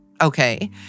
okay